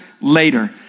later